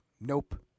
nope